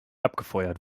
abgefeuert